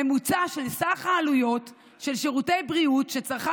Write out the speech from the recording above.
ממוצע של סך העלויות של שירותי בריאות שצרכה